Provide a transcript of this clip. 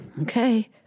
okay